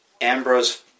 Ambrose